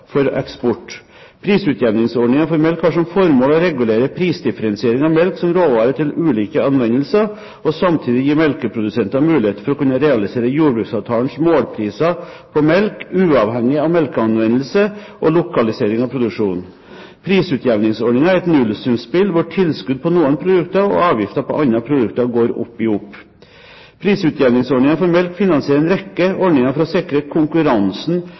for eksport. Prisutjevningsordningen for melk har som formål å regulere prisdifferensieringen av melk som råvare til ulike anvendelser og samtidig gi melkeprodusenter muligheter for å kunne realisere jordbruksavtalens målpriser på melk, uavhengig av melkeanvendelse og lokalisering av produksjonen. Prisutjevningsordningen er et nullsumspill, hvor tilskudd til noen produkter og avgifter på andre produkter går opp i opp. Prisutjevningsordningen for melk finansierer en rekke ordninger for å sikre konkurransen